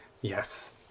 yes